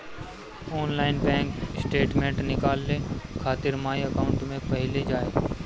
online bank statement निकाले खातिर my account पे पहिले जाए